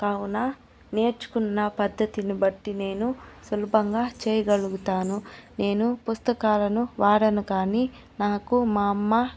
కావున నేర్చుకున్న పద్ధతిని బట్టి నేను స్వల్పంగా చేయగలుగుతాను నేను పుస్తకాలను వాడను కానీ నాకు మా అమ్మ